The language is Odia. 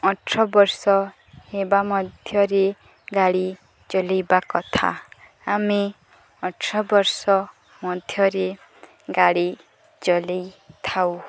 ଅଠର ବର୍ଷ ହେବା ମଧ୍ୟରେ ଗାଡ଼ି ଚଲେଇବା କଥା ଆମେ ଅଠର ବର୍ଷ ମଧ୍ୟରେ ଗାଡ଼ି ଚଲେଇଥାଉ